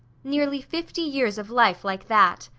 nearly fifty years of life like that!